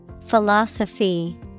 Philosophy